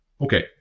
Okay